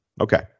okay